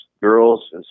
girls